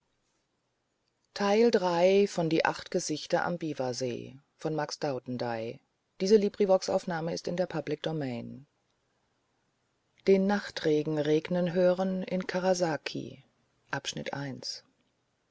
den nachtregen regnen hören in karasaki